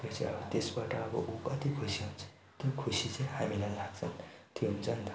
त्यसबाट अब ऊ कति खुसी हुन्छ त्यो खुसी चाहिँ हामीलाई लाग्छ त्यो हुन्छ नि त